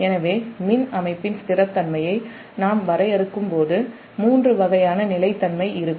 எனவே மின் அமைப்பின் நிலைத்தன்மையை நாம் வரையறுக்கும் போது உண்மையில் மூன்று வகையான நிலைத்தன்மை இருக்கும்